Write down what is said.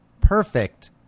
perfect